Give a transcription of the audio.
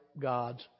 God's